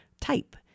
type